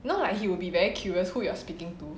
you know like he will be very curious who you are speaking to